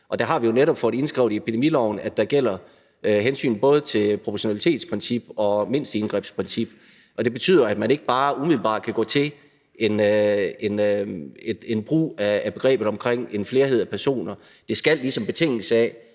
Og der har vi jo netop fået indskrevet i epidemiloven, at der gælder hensynet til både proportionalitetsprincippet og mindsteindgrebsprincippet. Det betyder, at man ikke umiddelbart kan gå til en brug af begrebet omkring en flerhed af personer. Det skal ligesom betinges af,